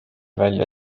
välja